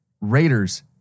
Raiders